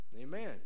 Amen